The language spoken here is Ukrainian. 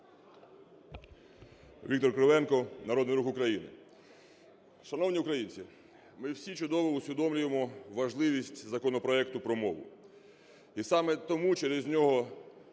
Віктор Кривенко, Народний Рух України. Шановні українці, ми всі чудово усвідомлюємо важливість законопроекту про мову. І саме тому через нього